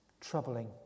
troubling